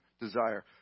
desire